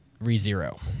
ReZero